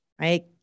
right